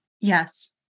Yes